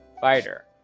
fighter